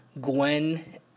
Gwen